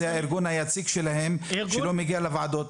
זה הארגון היציג שלהם שלא מגיע לוועדות.